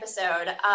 episode